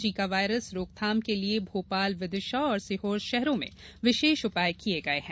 Zika virus रोकथाम के लिए भोपाल विदिशा और सीहोर शहरों में विशेष उपाय किये गये हैं